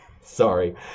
sorry